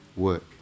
work